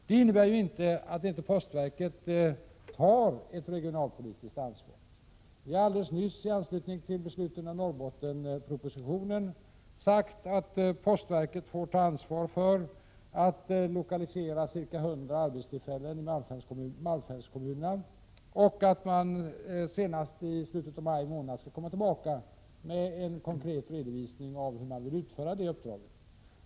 Det innebär inte att inte postverket tar ett regionalpolitiskt ansvar. Vi har alldeles nyligen i anslutning till beslutet om Norrbottenspropositionen sagt att postverket får ta ansvar för att lokalisera ca 100 arbetstillfällen i kål malmfältskommunerna, och senast i slutet av maj skall postverket ge en konkret redovisning av hur man vill utföra det uppdraget.